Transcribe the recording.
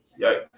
Yikes